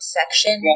section